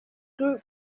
group